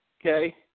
Okay